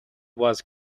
was